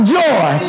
joy